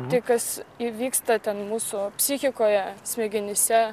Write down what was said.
tai kas įvyksta ten mūsų psichikoje smegenyse